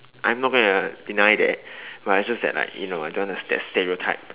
I'm not going to deny that but it's just that like you know I don't want to ste~ stereotype